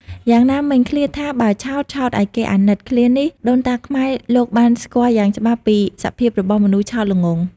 យ៉ាងណាមិញ ឃ្លាថា បើឆោត ឆោតឲ្យគេអាណិត ឃ្លានេះ ដូនតាខ្មែរ លោកបានស្គាល់យ៉ាងច្បាស់ពីសភាពរបស់មនុស្សឆោតល្ងង់។